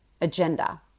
agenda